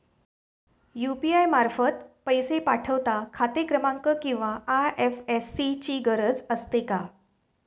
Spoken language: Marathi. यु.पी.आय मार्फत पैसे पाठवता खाते क्रमांक किंवा आय.एफ.एस.सी ची गरज असते का?